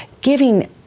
giving